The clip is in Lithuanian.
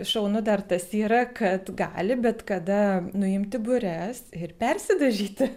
šaunu dar tas yra kad gali bet kada nuimti bures ir persidažyti